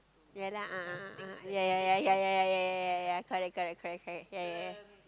ya lah a'ah a'ah a'ah ya ya ya ya ya ya ya ya correct correct correct correct ya ya